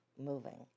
moving